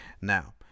now